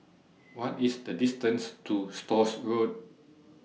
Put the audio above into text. What IS The distance to Stores Road